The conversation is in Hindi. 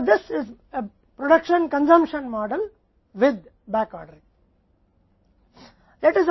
इसलिए यह production consumption model back ordering के साथ होता है